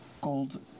gold